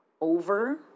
over